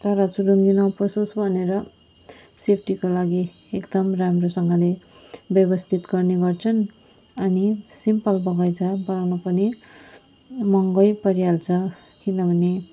चराचुरुङ्गी नपसोस भनेर सेफटीको लागि एकदम राम्रोसँगले व्यवस्थित गर्ने गर्छन् अनि सिम्पल बगैँचा बनाउन पनि महँगै परिहाल्छ किनभने